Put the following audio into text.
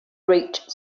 rage